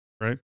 right